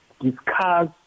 discuss